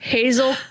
Hazel